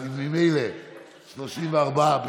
אז ממילא 34,